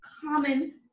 common